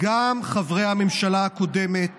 גם חברי הממשלה הקודמת